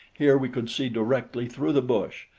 here we could see directly through the bush,